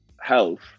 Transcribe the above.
health